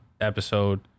episode